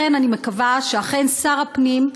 לכן, אני מקווה שאכן שר הפנים,